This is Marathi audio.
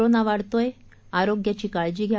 कोरोना वाढतोय आरोग्याची काळजी घ्या